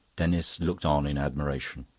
denis looked on in admiration.